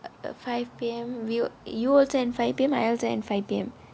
uh five P_M will you also end five P_M I also end five P_M